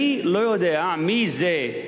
אני לא יודע מי זה,